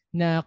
na